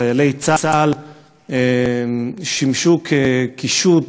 שחיילי צה"ל שימשו קישוט,